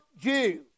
Jew